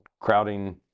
crowding